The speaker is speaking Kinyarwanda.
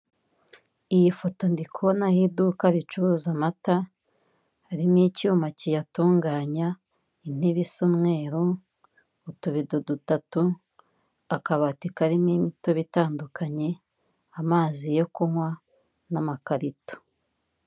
Iyi foto ndi kubonaho iduka ricuruza amata, harimo icyuma kiyatunganya, intebe isa umweru, utubido dutatu, akabati karimo imitobe itandukanye, amazi yo kunywa n'amakarito.